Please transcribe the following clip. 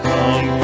Come